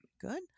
good